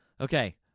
Okay